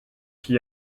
qui